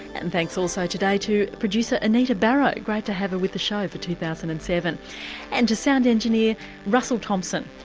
and thanks also today to producer anita barraud, great to have her with the show for two thousand and seven and to sound engineer russell thompson.